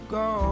go